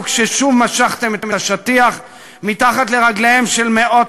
וכששוב משכתם את השטיח מתחת לרגליהם של מאות